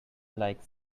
like